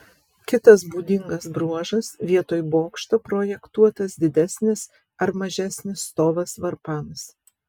kitas būdingas bruožas vietoj bokšto projektuotas didesnis ar mažesnis stovas varpams